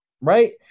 right